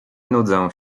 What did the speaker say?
nudzę